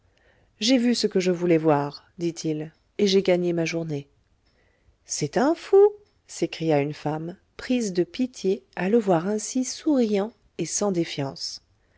j'ai vu ce que je voulais voir dit-il et j'ai gagné ma journée c'est un fou s'écria une femme prise de pitié à le voir ainsi souriant et sans défiance